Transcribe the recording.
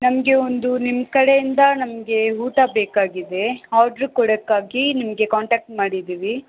ನಮಗೆ ಒಂದು ನಿಮ್ಮ ಕಡೆಯಿಂದ ನಮಗೆ ಊಟ ಬೇಕಾಗಿದೆ ಆರ್ಡ್ರ್ ಕೊಡಕ್ಕಾಗಿ ನಿಮಗೆ ಕಾಂಟ್ಯಾಕ್ಟ್ ಮಾಡಿದ್ದೀವಿ